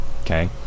okay